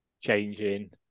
changing